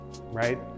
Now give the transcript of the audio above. right